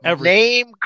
Name